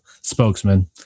spokesman